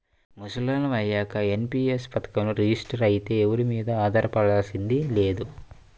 ముసలోళ్ళం అయ్యాక ఎన్.పి.యస్ పథకంలో రిజిస్టర్ అయితే ఎవరి మీదా ఆధారపడాల్సింది లేదు